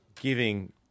giving